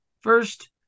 first